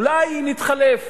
אולי נתחלף.